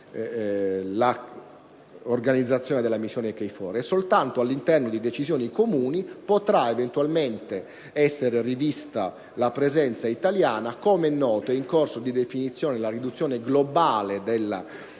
della missione KFOR; soltanto all'interno di decisioni comuni potrà eventualmente essere rivista la presenza italiana. Com'è noto, è in corso di definizione una riduzione globale della